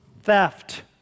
theft